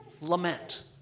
lament